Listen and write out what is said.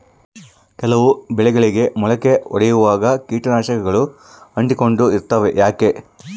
ಕೆಲವು ಬೆಳೆಗಳಿಗೆ ಮೊಳಕೆ ಒಡಿಯುವಾಗ ಕೇಟನಾಶಕಗಳು ಅಂಟಿಕೊಂಡು ಇರ್ತವ ಯಾಕೆ?